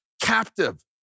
captive